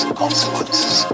consequences